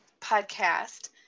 podcast